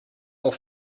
more